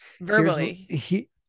verbally